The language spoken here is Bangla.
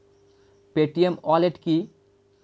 পেটিএম ওয়ালেট কি?